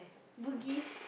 Bugis